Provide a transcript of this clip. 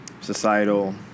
societal